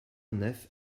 neuf